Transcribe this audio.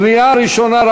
קריאה ראשונה.